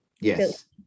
Yes